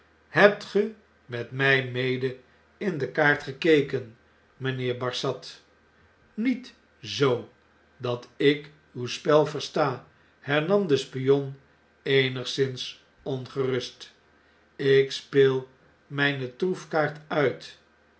hebt ge met mjj mede in de kaart gekeken mynheer barsad niet zoo dat ik uw spel versta hernam de spion eenigszins ongerust ik speel mijne troefkaart uit